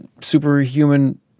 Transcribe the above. superhuman